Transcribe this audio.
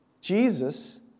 Jesus